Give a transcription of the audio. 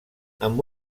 amb